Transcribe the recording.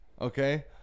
okay